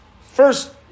First